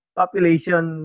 population